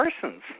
persons